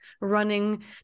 running